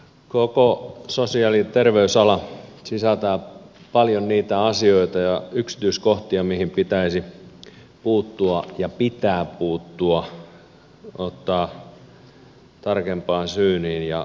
koko sosiaali ja terveysala sisältää paljon niitä asioita ja yksityiskohtia joihin pitäisi puuttua ja pitää puuttua ottaa tarkempaan syyniin ja huolenpitoon